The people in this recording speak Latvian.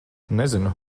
nezinu